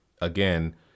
again